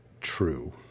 true